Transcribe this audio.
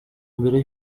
mbere